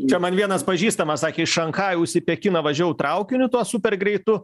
čia man vienas pažįstamas sakė iš šanchajaus į pekiną važiavau traukiniu tuo super greitu